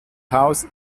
haus